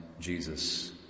Jesus